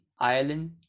Ireland